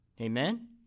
Amen